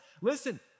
Listen